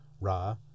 Ra